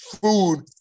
food